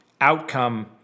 outcome